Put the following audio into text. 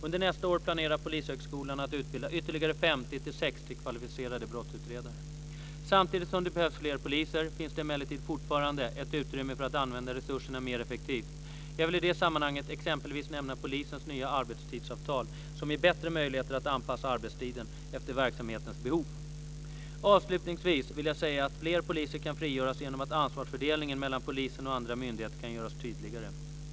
Under nästa år planerar Polishögskolan att utbilda ytterligare 50-60 kvalificerade brottsutredare. Samtidigt som det behövs fler poliser finns det emellertid fortfarande ett utrymme för att använda resurserna mer effektivt. Jag vill i det sammanhanget exempelvis nämna polisens nya arbetstidsavtal som ger bättre möjligheter att anpassa arbetstiden efter verksamhetens behov. Avslutningsvis vill jag säga att fler poliser kan frigöras genom att ansvarsfördelningen mellan polisen och andra myndigheter kan göras tydligare.